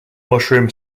mushroom